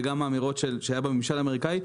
וגם האמירות שהיו בממשל האמריקאי.